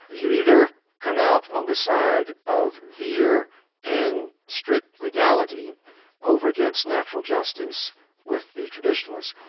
you either come out on the side of vere and strict legality over against natural justice with the traditionalists,